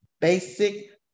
basic